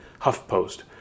*HuffPost*